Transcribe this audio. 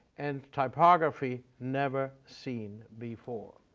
and typography never seen before.